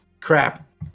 crap